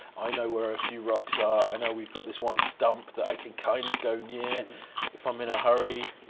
i know where a few rocks are, i know we've got this one stump that i can kind of go near if i'm in a hurry.